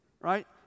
Right